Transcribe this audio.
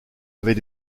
avait